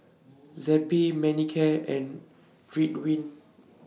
Zappy Manicare and Ridwind